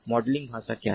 modelling भाषा कहाँ है